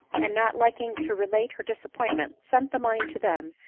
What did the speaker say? and, not liking to relate her disappointment, sent the money to them,